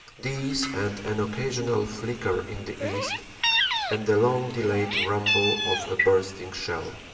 these and an occasional flicker in the east and the long-delayed rumble of a bursting shell.